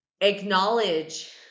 acknowledge